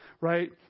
right